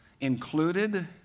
included